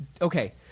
Okay